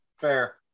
fair